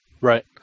Right